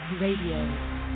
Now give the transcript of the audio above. Radio